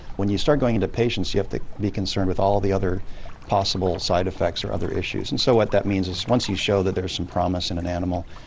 when you start going into patients you have to be concerned with all the other possible side effects or other issues and so what that means is once you show that there's some promise in an animal,